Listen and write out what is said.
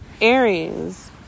Aries